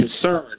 concern